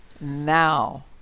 now